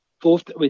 fourth